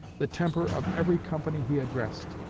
the temper of every company he addressed.